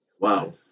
Wow